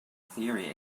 theory